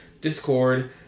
Discord